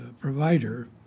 provider